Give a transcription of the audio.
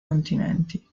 continenti